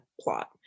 plot